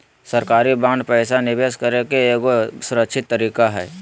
सरकारी बांड पैसा निवेश करे के एगो सुरक्षित तरीका हय